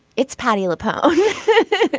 it's patti labelle.